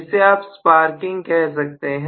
इसे आप स्पार्किंग कह सकते हैं